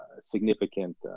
significant